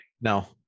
No